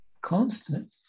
constant